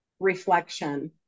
Reflection